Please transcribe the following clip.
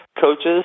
coaches